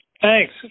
Thanks